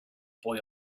boy